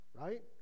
Right